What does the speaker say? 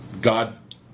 God